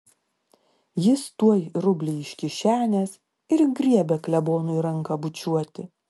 jis tuoj rublį iš kišenės ir griebia klebonui ranką bučiuoti